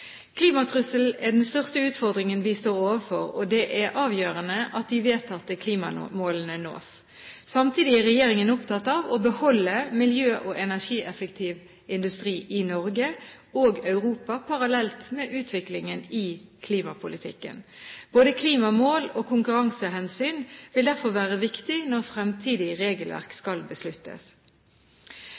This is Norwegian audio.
er den største utfordringen vi står overfor, og det er avgjørende at de vedtatte klimamålene nås. Samtidig er regjeringen opptatt av å beholde miljø- og energieffektiv industri i Norge og Europa parallelt med utviklingen i klimapolitikken. Både klimamål og konkurransehensyn vil derfor være viktig når fremtidig regelverk skal besluttes.